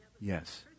Yes